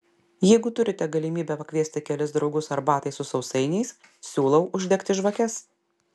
jeigu turite galimybę pakviesti kelis draugus arbatai su sausainiais siūlau uždegti žvakes